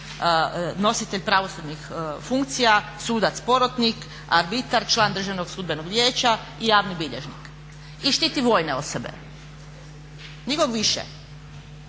nositelj pravosudnih funkcija, sudac porotnik, arbitar, član Državnog sudbenog vijeća i javni bilježnik i štiti vojne osobe, nikog više.